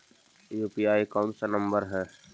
UPI कोन सा number हैं?